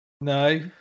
No